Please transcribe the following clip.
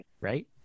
Right